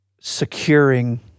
securing